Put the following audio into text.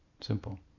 Simple